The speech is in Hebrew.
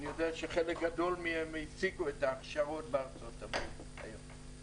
אני יודע שחלק גדול מהם הפסיקו את ההכשרות בארצות הברית היום.